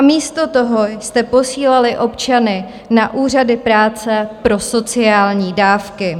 Místo toho jste posílali občany na úřady práce pro sociální dávky.